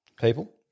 people